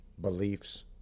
beliefs